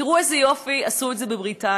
תראו איזה יופי עשו את זה בבריטניה.